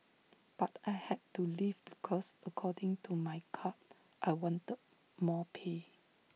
but I had to leave because according to my card I wanted more pay